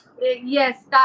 yes